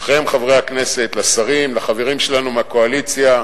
לכם, חברי הכנסת, לשרים, לחברים שלנו מהקואליציה: